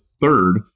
third